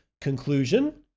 Conclusion